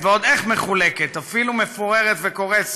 מחולקת, ועוד איך מחולקת, אפילו מפוררת וקורסת.